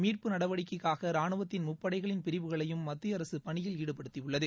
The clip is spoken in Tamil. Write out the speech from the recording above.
மீட்பு நடவடிக்கைக்காக ராணுவத்தின் முப்படைகளின் பிரிவுகளையும் மத்திய அரசு பணியில் ஈடுபடுத்தியுள்ளது